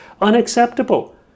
unacceptable